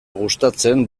gustatzen